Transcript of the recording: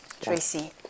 Tracy